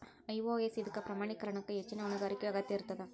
IOS ಇದಕ್ಕ ಪ್ರಮಾಣೇಕರಣಕ್ಕ ಹೆಚ್ಚಿನ್ ಹೊಣೆಗಾರಿಕೆಯ ಅಗತ್ಯ ಇರ್ತದ